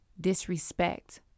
disrespect